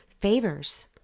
favors